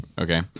Okay